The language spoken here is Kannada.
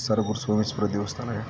ಸರ್ವೂರು ಸೋಮೇಶ್ವರ ದೇವಸ್ಥಾನ